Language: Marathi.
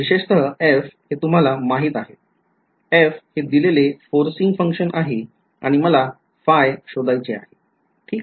विशेषतः f हे तुम्हाला माहित आहे f हे दिलेले फोर्सिन्ग function आहे आणि मला शोधायचे आहे ठीक आहे